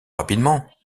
rapidement